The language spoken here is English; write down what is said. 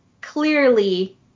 clearly